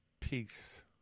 peace